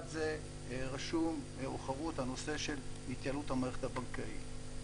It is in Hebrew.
זה חרוט הנושא של התייעלות המערכת הבנקאית.